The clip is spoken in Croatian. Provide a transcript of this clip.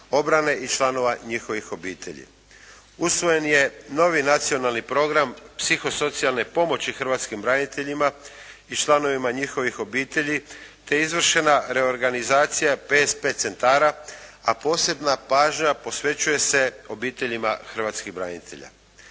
obrane i članova njihovih obitelji. Usvojen je novi nacionalni program psihosocijalne pomoći hrvatskim braniteljima i članovima njihovih obitelji te izvršena reorganizacija PSP centara a posebna pažnja posvećuje se obiteljima hrvatskih branitelja.